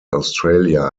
australia